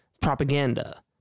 propaganda